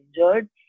injured